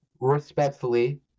Respectfully